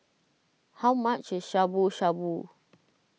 how much is Shabu Shabu